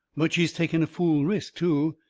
but she's taking a fool risk, too.